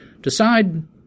decide